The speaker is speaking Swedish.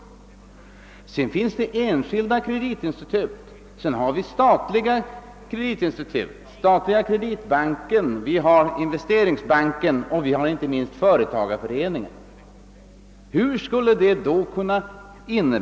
Dessutom finns det enskilda kreditinstitut och statliga kreditinstitut — Kreditbanken, Investeringsbanken och inte minst företagareföreningarna — som kan ge kredit.